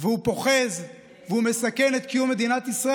הוא פוחז והוא מסכן את קיום מדינת ישראל,